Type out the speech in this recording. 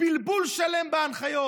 בלבול שלם בהנחיות.